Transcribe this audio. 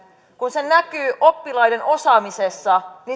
kun se näkyy oppilaiden osaamisessa